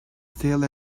still